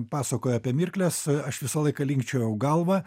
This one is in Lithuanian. pasakojo apie mirkles aš visą laiką linkčiojau galvą